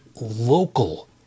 local